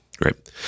Great